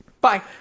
Bye